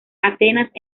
atenas